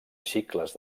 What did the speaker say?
cicles